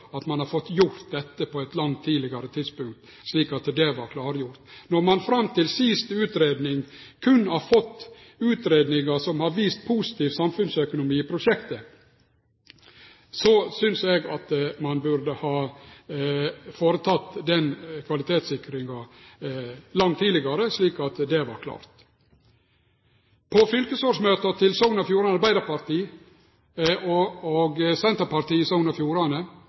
at ein har fått gjort dette på eit langt tidlegare tidspunkt, slik at dette var klargjort? Når ein fram til den siste utgreiinga berre har fått utgreiingar som har vist positiv samfunnsøkonomi i prosjektet, så synest eg at ein burde ha gjennomført den kvalitetssikringa langt tidlegare, slik at det var klart. På fylkesårsmøta til Sogn og Fjordane Arbeidarparti og Senterpartiet i Sogn og Fjordane